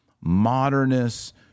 modernist